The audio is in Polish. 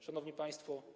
Szanowni Państwo!